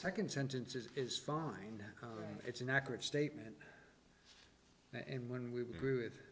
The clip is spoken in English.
second sentences is fine it's an accurate statement and when we grew it